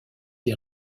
des